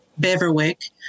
Beverwick